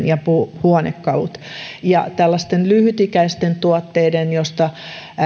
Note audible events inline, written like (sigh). (unintelligible) ja puuhuonekaluja ja lyhytikäisten tuotteiden joista